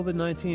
COVID-19